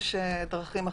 או שיש דרכים אחרות.